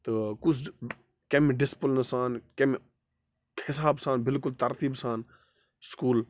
تہٕ کُس کَمہِ ڈِسپٕلنہٕ سان کَمہِ حساب سان بِلکل تَرتیٖب سان سکوٗل